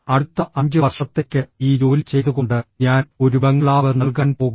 അടുത്ത 5 വർഷത്തേക്ക് ഈ ജോലി ചെയ്തുകൊണ്ട് ഞാൻ ഒരു ബംഗ്ലാവ് നൽകാൻ പോകുന്നു